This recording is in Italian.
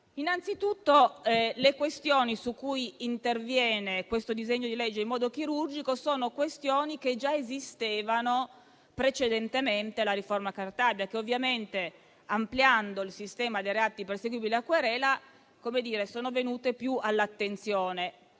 Innanzi tutto, le questioni su cui interviene questo disegno di legge in modo chirurgico esistevano già precedentemente alla riforma Cartabia ma, ovviamente, ampliando il sistema dei reati perseguibili a querela, sono venute più all'attenzione.